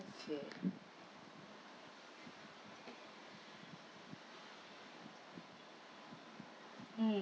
mm